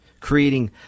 creating